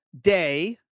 day